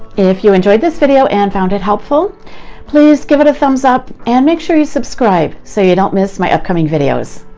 if you enjoyed this video and found it helpful please give it a thumbs up and make sure you subscribe so you don't miss my upcoming videos,